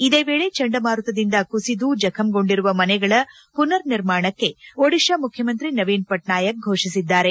ಇದೇ ವೇಳೆ ಚಂಡಮಾರುತದಿಂದ ಕುಸಿದು ಜಖಂಗೊಂಡಿರುವ ಮನೆಗಳ ಪುನರ್ನಿರ್ಮಾಣಕ್ಕೆ ಒಡಿತಾ ಮುಖ್ಯಮಂತ್ರಿ ನವೀನ್ ಪಟ್ನಾಯಕ್ ಘೋಷಿಸಿದ್ದಾರೆ